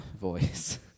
voice